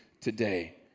today